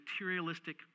materialistic